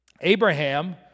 Abraham